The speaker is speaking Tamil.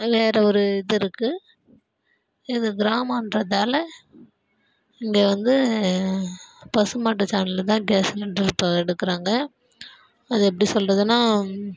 வேறு ஒரு இது இருக்குது இது கிராமகிறதால இங்கே வந்து பசுமாட்டு சாணியில்தான் கேஸ் சிலிண்டர் இப்போ எடுக்கிறாங்க அது எப்படி சொல்கிறதுன்னா